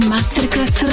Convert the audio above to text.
Masterclass